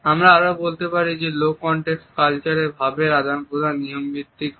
আমরা আরও বলতে পারি যে লো কন্টেক্সট কালচারে ভাবের আদান প্রদান নিয়ম ভিত্তিক হয়